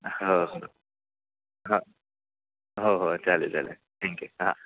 हो हां हो हो चालेल चालेल थँक्यू हां हां